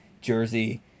jersey